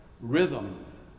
rhythms